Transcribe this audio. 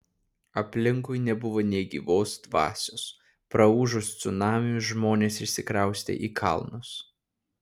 aplinkui nebuvo nė gyvos dvasios praūžus cunamiui žmonės išsikraustė į kalnus